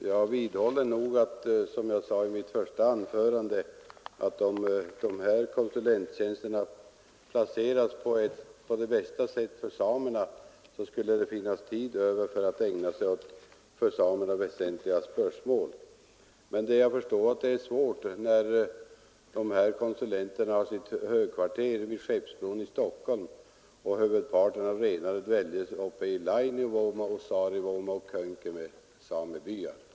Herr talman! Jag vidhåller, som jag sade i mitt första anförande, att om de här konsulenttjänsterna placerades på det för samerna bästa sättet skulle det finnas tid över för att ägna sig åt för samerna väsentliga spörsmål. Men jag förstår att det är svårt när konsulenterna har sitt huvudkvarter vid Skeppsbron i Stockholm och huvudparten av renarna dväljs uppe i Lainiovuoma, Saarivuoma och Könkämä samebyar längst i norr.